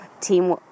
team